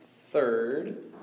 Third